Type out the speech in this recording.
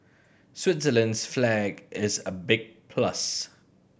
Switzerland's flag is a big plus